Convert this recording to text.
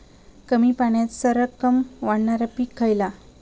कमी पाण्यात सरक्कन वाढणारा पीक खयला?